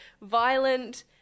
violent